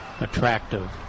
attractive